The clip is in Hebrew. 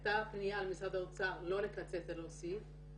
הייתה פניה למשרד האוצר לא לקצץ ולהוסיף.